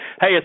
hey